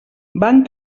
van